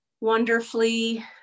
wonderfully